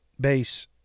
base